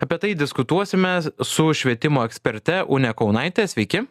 apie tai diskutuosimes su švietimo eksperte ūne kaunaitė sveiki